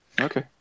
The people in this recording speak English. Okay